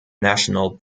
national